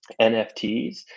NFTs